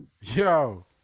Yo